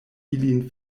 ilin